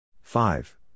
Five